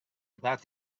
about